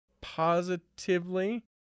positively